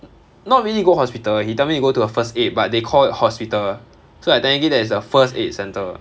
not really go hospital he tell me to go to a first aid but they call it hospital so like technically that is a first aid centre